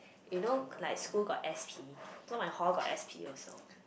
you know like school got S_P so my hall got S_P also